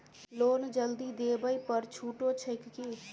Loan जल्दी देबै पर छुटो छैक की?